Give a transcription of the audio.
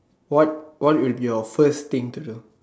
what what will be your first thing to do